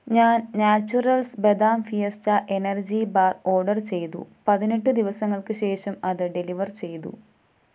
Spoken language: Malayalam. ഞാൻ നാച്ചുറൽസ് ബദാം ഫിയസ്റ്റ എനർജി ബാർ ഓർഡർ ചെയ്തു പതിനെട്ട് ദിവസങ്ങൾക്ക് ശേഷം അത് ഡെലിവർ ചെയ്തു